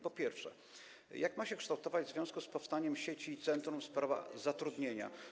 Po pierwsze, jak ma się kształtować w związku z powstaniem sieci i centrum sprawa zatrudnienia?